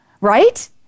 Right